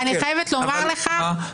מה לעשות,